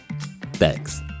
Thanks